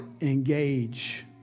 engage